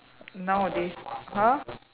nowadays !huh!